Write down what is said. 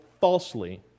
falsely